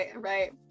Right